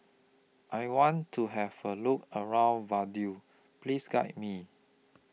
I want to Have A Look around Vaduz Please Guide Me